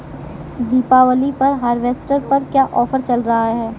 दीपावली पर हार्वेस्टर पर क्या ऑफर चल रहा है?